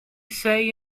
say